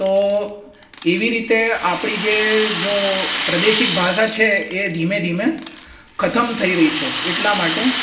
તો એવી રીતે આપણી જે જો પ્રદેશિક ભાષા છે એ ધીમે ધીમે ખતમ થઈ રહી છે એટલા માટે